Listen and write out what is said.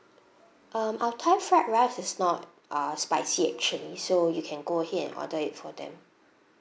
um our thai fried rice is not uh spicy actually so you can go ahead and order it for them